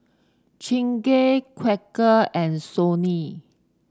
Chingay Quaker and Sony